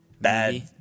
Bad